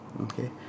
okay